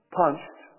punched